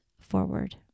forward